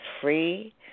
free